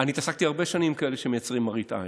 אני התעסקתי הרבה שנים עם כאלה שמייצרים מראית עין,